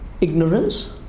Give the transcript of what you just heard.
ignorance